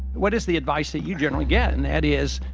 what is the advice that you generally get? and that is,